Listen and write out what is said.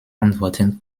antworten